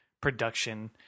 production